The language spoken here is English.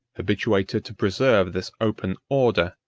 habituated to preserve this open order,